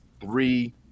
three